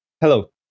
Hello